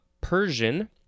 Persian